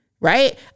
right